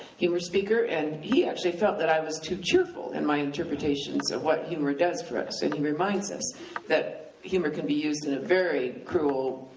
humor speaker, and he actually felt that i was too cheerful in my interpretations of what humor does for us, and he reminds us that humor can be used in a very cruel,